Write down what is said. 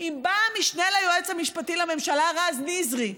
אם בא המשנה ליועץ המשפטי לממשלה רז נזרי,